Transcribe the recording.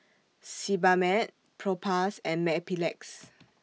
Sebamed Propass and Mepilex